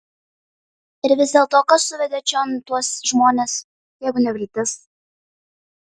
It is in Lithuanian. ir vis dėlto kas suvedė čion tuos žmones jeigu ne viltis